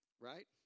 right